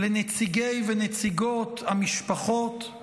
לנציגי ונציגות המשפחות,